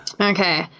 Okay